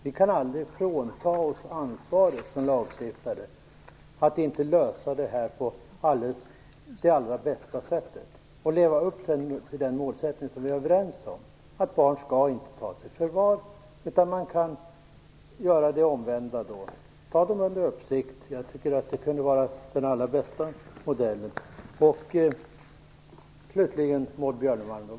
Vi kan inte frånta oss ansvaret som lagstiftare att inte lösa detta problem på allra bästa sätt. Vi skall leva upp till målsättningen att barn inte skall tas i förvar. Det går att göra det omvända, dvs. ta dem under uppsikt. Jag tycker att det är den bästa modellen.